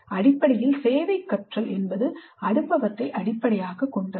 அடிப்படையில் சேவை கற்றல் அனுபவத்தை அடிப்படையாகக் கொண்டது